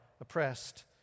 oppressed